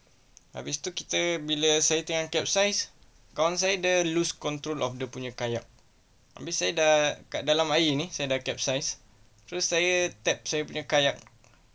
habis tu kita bila saya tengah capsize kawan saya dia lose control of dia punya kayak habis saya dah kat dalam air ni saya dah capsize terus saya tap saya punya kayak